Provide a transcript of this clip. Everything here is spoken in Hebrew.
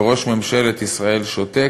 וראש ממשלת ישראל שותק,